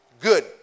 Good